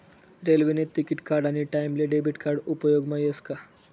रेल्वेने तिकिट काढानी टाईमले डेबिट कार्ड उपेगमा यस का